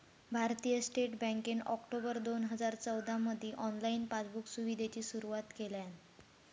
भारतीय स्टेट बँकेन ऑक्टोबर दोन हजार चौदामधी ऑनलाईन पासबुक सुविधेची सुरुवात केल्यान